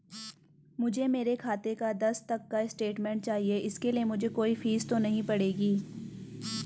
मुझे मेरे खाते का दस तक का स्टेटमेंट चाहिए इसके लिए मुझे कोई फीस तो नहीं पड़ेगी?